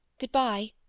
Goodbye